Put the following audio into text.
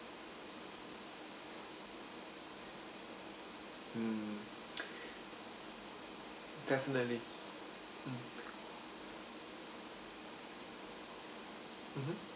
mm definitely mm mmhmm